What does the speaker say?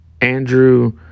Andrew